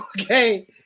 okay